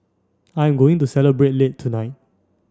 I am going to celebrate late tonight